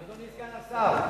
אדוני סגן השר,